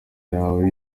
yawe